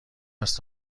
است